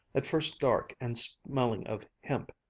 at first dark and smelling of hemp,